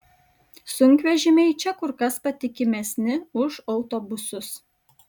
sunkvežimiai čia kur kas patikimesni už autobusus